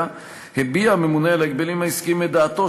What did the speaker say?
הביע הממונה על ההגבלים העסקיים את דעתו,